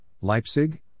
Leipzig